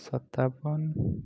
ସତାବନ